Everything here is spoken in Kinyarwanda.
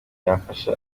yafasha